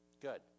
Good